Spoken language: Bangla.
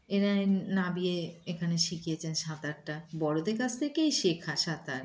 এরা নামিয়ে এখানে শিখিয়েছেন সাঁতারটা বড়দের কাছ থেকেই শেখা সাঁতার